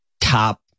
top